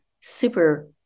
super